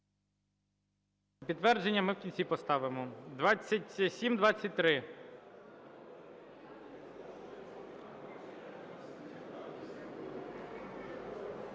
Підтвердження ми в кінці поставимо. 2723.